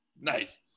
Nice